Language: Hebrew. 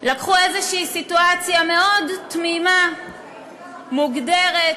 לקחו איזושהי סיטואציה מאוד תמימה, מוגדרת,